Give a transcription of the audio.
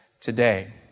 today